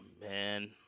man